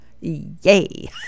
Yay